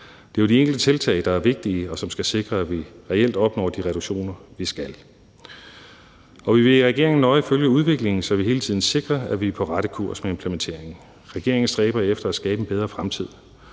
Det er jo de enkelte tiltag, der er vigtige, og som skal sikre, at vi reelt opnår de reduktioner, vi skal. I regeringen vil vi nøje følge udviklingen, så vi hele tiden sikrer, at vi er på rette kurs med implementeringen. Regeringen stræber efter at skabe en bedre fremtid.